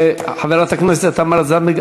חברת הכנסת תמר זנדברג,